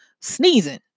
sneezing